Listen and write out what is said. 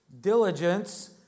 diligence